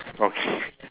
okay